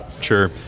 Sure